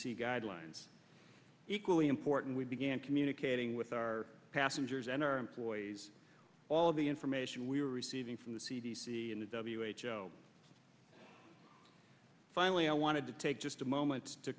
c guidelines equally important we began communicating with our passengers and our employees all of the information we were receiving from the c d c and the w h o finally i wanted to take just a moment to